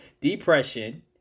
depression